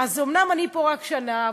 אומנם אני פה רק שנה,